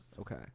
Okay